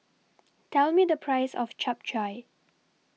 Tell Me The Price of Chap Chai